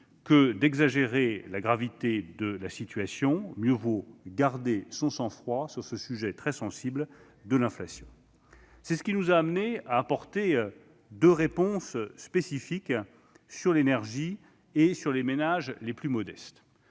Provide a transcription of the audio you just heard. que d'exagérer la gravité de la situation ; mieux vaut garder son sang-froid sur ce sujet très sensible de l'inflation. C'est ce qui nous a amenés à apporter deux réponses spécifiques : l'une sur l'énergie et l'autre en direction des ménages les plus modestes.